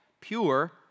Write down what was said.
pure